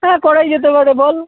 হ্যাঁ করাই যেতে পারে বল